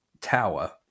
tower